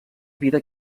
vida